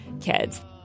kids